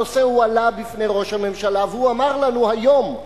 הנושא הועלה בפני ראש הממשלה, והוא אמר לנו היום,